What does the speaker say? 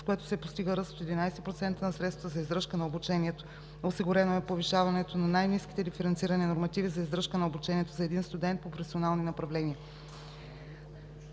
с което се постига ръст от 11% на средствата за издръжка на обучението. Осигурено е повишаването на най-ниските диференцирани нормативи за издръжка на обучението за един студент по професионални направления.